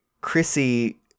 chrissy